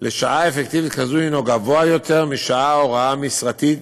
לשעה אפקטיבית כזאת גבוה יותר מלשעת הוראה משרתית,